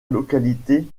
localité